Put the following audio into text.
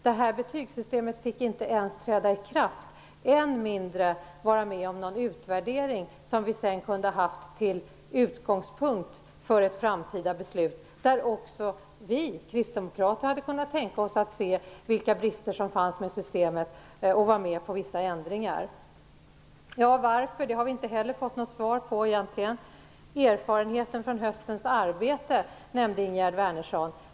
Det här betygssystemet fick inte ens träda i kraft, än mindre vara föremål för en utvärdering, som vi sedan kunde ha haft som utgångspunkt för ett framtida beslut. Också vi kristdemokrater hade då kunnat tänka oss att se vilka brister som fanns med systemet och vara med på vissa ändringar. Varför? Vi har inte fått något svar. Erfarenheten från höstens arbete nämnde Ingegerd Wärnersson.